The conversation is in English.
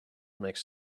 makes